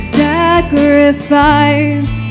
sacrifice